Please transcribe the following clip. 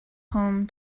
home